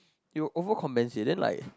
it will over compensate then like